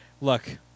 look